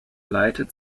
leitet